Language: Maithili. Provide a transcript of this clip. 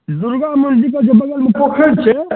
दुर्गा मन्दिर सऽ बगलमे एकटा फिल्ड छै